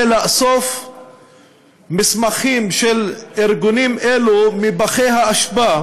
איסוף מסמכים של ארגונים אלו מפחי האשפה,